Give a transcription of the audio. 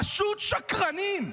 פשוט שקרנים.